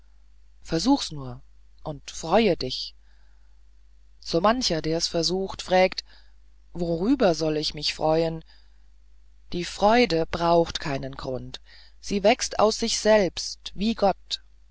versuch's nur und freue dich so mancher der's versucht frägt worüber soll ich mich freuen die freude braucht keinen grund sie wächst aus sich selbst wie gott